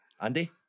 Andy